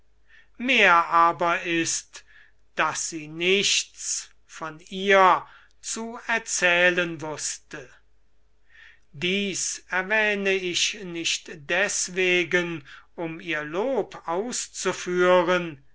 mehr aber ist daß sie nichts von ihr wußte dies erwähne ich nicht deswegen um ihr lob auszuführen